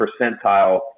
percentile